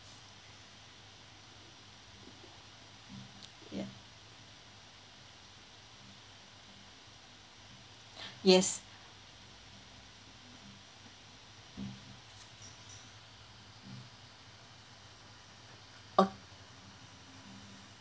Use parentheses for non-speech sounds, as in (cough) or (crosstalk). ya (breath) yes oh